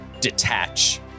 detach